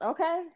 Okay